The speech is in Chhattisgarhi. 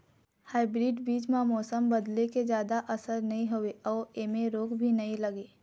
हाइब्रीड बीज म मौसम बदले के जादा असर नई होवे अऊ ऐमें रोग भी नई लगे